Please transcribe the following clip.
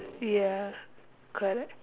ya correct